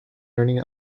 learning